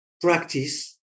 practice